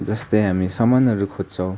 जस्तै हामी सामानहरू खोज्छौँ